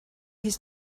his